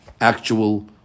actual